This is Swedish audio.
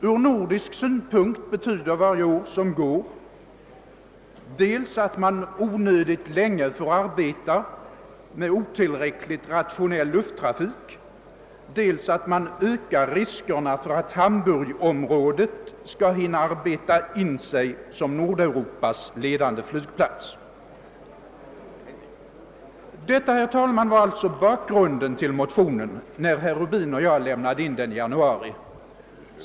Ur nordisk synpunkt betyder varje år som går dels att man onödigt länge får arbeta med otillräckligt rationell lufttrafik, dels att riskerna ökas för att hamburgområdet skall hinna arbeta in sig som Nordeuropas ledande flygcentrum. Herr talman! Detta var alltså bakgrunden till motionen när herr Rubin och jag lämnade in den i januari i år.